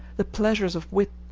the pleasures of wit,